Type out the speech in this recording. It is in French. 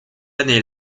année